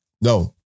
no